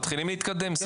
מתחילים להתקדם סוף סוף.